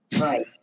Right